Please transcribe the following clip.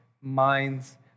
minds